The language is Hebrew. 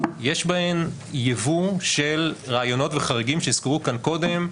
יש בהן ייבוא של רעיונות וחריגים שהוזכרו כאן קודם,